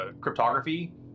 cryptography